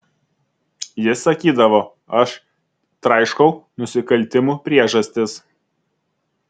jis sakydavo aš traiškau nusikaltimų priežastis